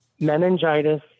meningitis